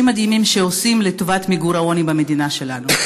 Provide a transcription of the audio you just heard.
מדהימים שעושים לטובת מיגור העוני במדינה שלנו.